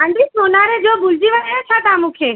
हांजी सोनारे जो भुलिजी विया छा तव्हां मूंखे